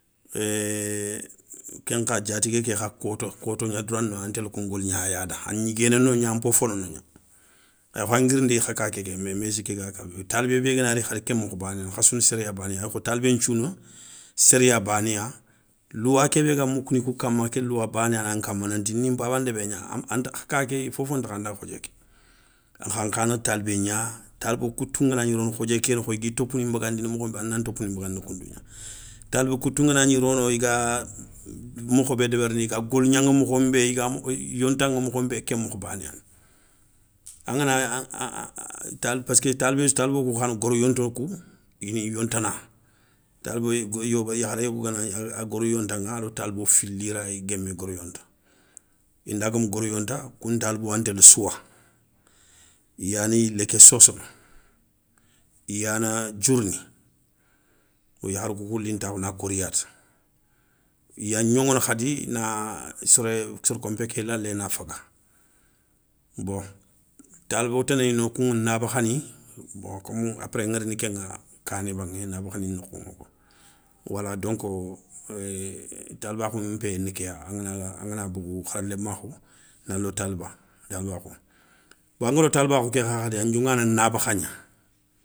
kenkha diatigué kékha koto, koto gna doura néy antélé kou ngligna ayada a gniguéné nogna an pofona nogna. Ayakho an guirindi kha kaké ké mais moyssi kéga kenŋa, talibé bé gana ri khadi ké mokho bané khassouna sériya bané ya. Ayakho talibé nthiouna sériya banéya louwa kébé ga moukouni kou kama, ké louwa bané yana nkamma nanti ni npanba ndébé gna, anta ka ké fofo ntakhanda khodié ké. A kha ankhana talibé gna, talibo koutou nganagni rono khodié ké nokho i gui topouni nbagandini mokhon bé ana ntopouni nbagandini koundougna. Talibé koutou ngana gni rono i ga mokho bé débérini i ga golganŋa mokhon bé i ga yonta ŋa mokhon bé, ké mokho bané yani. passkeu talibo kou khani goro yonto kou, ini yontana, talibé yogoyéyi hari yogo ganagni a goro yontaŋa a do talibo fili rayi guémé goro yonta, inda gueumou goro yonta. Koun talibo yan télé souwa, i yani yiléké sossono, i yana diourini, yo yaakharou koukou lini takhou na koriyata. i ya gnoŋono khadi na soré sor konpé ké lalé na faga, bon talibo tanay no kouŋa nabakhani, bon komo apres ŋa rini keŋa kaané baŋa nabakhani nokhou wala donko éé talibakhou npéyé na kéya angana bogou khara lémakhou na lo talibakhou. Bon a ngana ro talibakhou ké khadi an dioŋana nabakha gna.